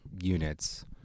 units